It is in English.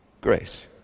Grace